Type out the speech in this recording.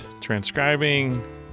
transcribing